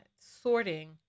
sorting